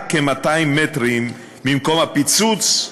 רק כ-200 מטרים ממקום הפיצוץ,